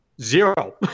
zero